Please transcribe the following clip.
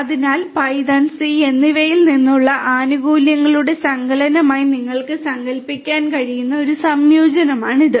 അതിനാൽ Python C എന്നിവയിൽ നിന്നുള്ള ആനുകൂല്യങ്ങളുടെ സങ്കലനമായി നിങ്ങൾക്ക് സങ്കൽപ്പിക്കാൻ കഴിയുന്ന ഒരു സംയോജനമാണിത്